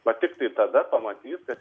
va tiktai tada pamatys kad